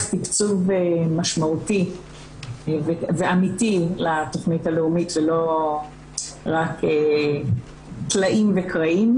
תקצוב משמעותי ואמיתי לתכנית הלאומית ולא רק טלאים וקרעים,